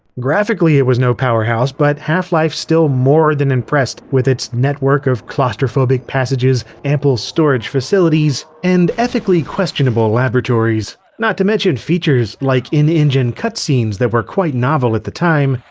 graphically it was no powerhouse, but half-life still more than impressed with its network of claustrophobic passages, ample storage facilities, and ethically questionable laboratories. not to mention features like in-engine cutscenes that were quite novel at the time,